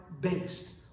based